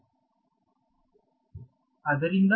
ವಿದ್ಯಾರ್ಥಿ ಆದ್ದರಿಂದ